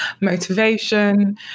motivation